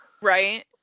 Right